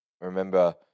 Remember